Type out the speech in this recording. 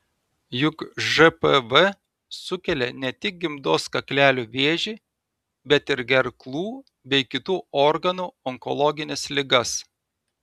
juk žpv sukelia ne tik gimdos kaklelio vėžį bet ir gerklų bei kitų organų onkologines ligas